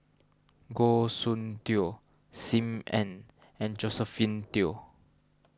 Goh Soon Tioe Sim Ann and Josephine Teo